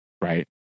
right